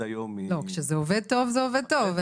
לא, כשזה עובד טוב, זה עובד טוב.